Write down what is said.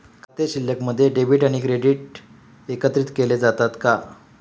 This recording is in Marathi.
खाते शिल्लकमध्ये डेबिट आणि क्रेडिट एकत्रित केले जातात का?